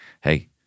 hey